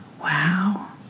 Wow